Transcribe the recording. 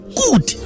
good